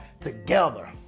together